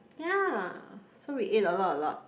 ya so we ate a lot a lot